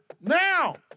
now